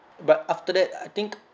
but after that I think